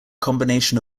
combination